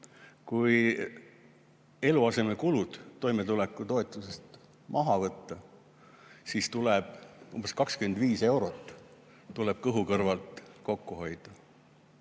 kui eluasemekulud toimetulekutoetusest maha võtta, siis tuleb umbes 25 eurot kõhu kõrvalt kokku hoida.